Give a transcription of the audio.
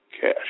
cash